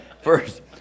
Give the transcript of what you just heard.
First